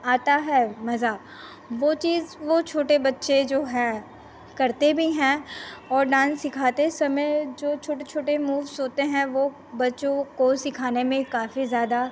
आता है मज़ा वह चीज़ वह छोटे बच्चे जो हैं करते भी हैं और डान्स सिखाते समय जो छोटे छोटे मूव्स होते हैं वह बच्चों को सिखाने में काफ़ी ज़्यादा